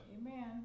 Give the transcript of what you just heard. Amen